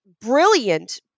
brilliant